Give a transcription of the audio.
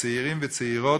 וצעירים וצעירות,